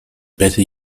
better